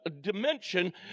dimension